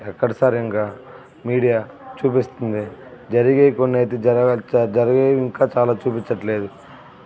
ఎక్కడ సార్ ఇంక మీడియా చూపిస్తుంది జరిగేవి కొన్నయితే జరగా జరిగేవి ఇంకా చాలా చూపించడంలేదు